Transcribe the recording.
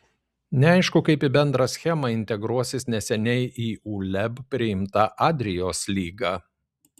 neaišku kaip į bendrą schemą integruosis neseniai į uleb priimta adrijos lyga